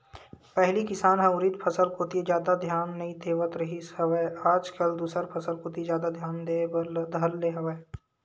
पहिली किसान ह उरिद फसल कोती जादा धियान नइ देवत रिहिस हवय आज कल दूसर फसल कोती जादा धियान देय बर धर ले हवय